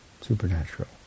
Supernatural